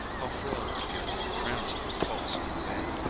how frail is beauty, transient, false and vain!